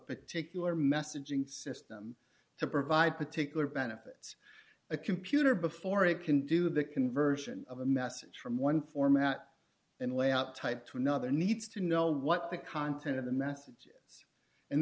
particular messaging system to provide particular benefits a computer before it can do the conversion of a message from one format and layout type to another needs to know what the content of the message and